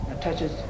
touches